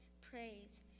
praise